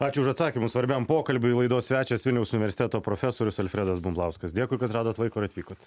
ačiū už atsakymus svarbiam pokalbiui laidos svečias vilniaus universiteto profesorius alfredas bumblauskas dėkui kad radot laiko atvykot